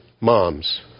moms